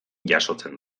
jasotzen